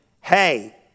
hey